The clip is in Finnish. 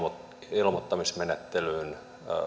ilmoittamismenettelyyn